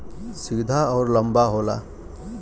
सीधा अउर लंबा होला